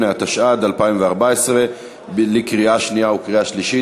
58), התשע"ד 2014, לקריאה שנייה ולקריאה שלישית.